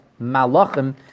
Malachim